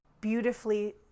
beautifully